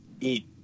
eat